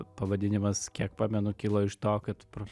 pavadinimas kiek pamenu kilo iš to kad pro